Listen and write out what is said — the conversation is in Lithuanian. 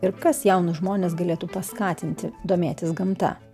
ir kas jaunus žmones galėtų paskatinti domėtis gamta